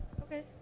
Okay